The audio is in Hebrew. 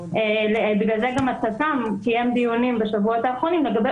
בגלל זה גם הצט"מ קיים דיונים בשבועות האחרונים לגבי